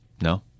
No